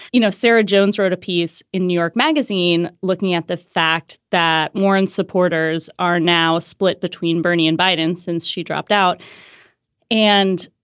you know, sarah jones wrote a piece in new york magazine looking at the fact that warren's supporters are now split between bernie and biden since she dropped out and.